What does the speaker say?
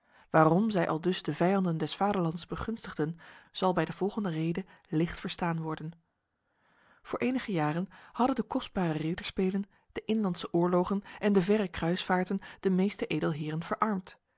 waarom zij aldus de vijanden des vaderlands begunstigden zal bij de volgende rede licht verstaan worden voor enige jaren hadden de kostbare ridderspelen de inlandse oorlogen en de verre kruisvaarten de meeste edelheren verarmd